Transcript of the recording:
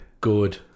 Good